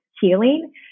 healing